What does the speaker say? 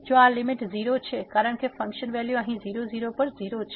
જો આ લીમીટ 0 છે કારણ કે ફંકશન વેલ્યુ અહીં 00 પર 0 છે